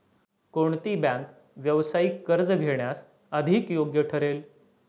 कोणती बँक व्यावसायिक कर्ज घेण्यास अधिक योग्य ठरेल?